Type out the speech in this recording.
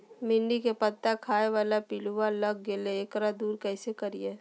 भिंडी के पत्ता खाए बाला पिलुवा लग गेलै हैं, एकरा दूर कैसे करियय?